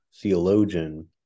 theologian